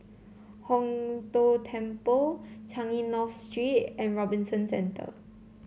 Hong Tho Temple Changi North Street and Robinson Centre